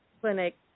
Clinic